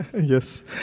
Yes